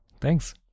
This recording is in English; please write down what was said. thanks